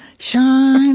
shine,